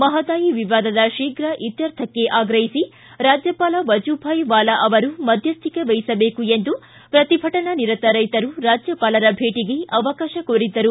ಮಹದಾಯಿ ವಿವಾದ ಶೀಘವೇ ಇತ್ಕರ್ಥಕ್ಕೆ ಆಗ್ರಹಿಸಿ ರಾಜ್ಯಪಾಲ ವಜುಭಾಯ್ ವಾಲಾ ಅವರು ಮಧ್ಯಸ್ಥಿಕೆ ವಹಿಸಬೇಕು ಎಂದು ಪ್ರತಿಭಟನಾನಿರತ ರೈತರು ರಾಜ್ಯಪಾಲರ ಭೇಟಗೆ ಅವಕಾಶ ಕೋರಿದ್ದರು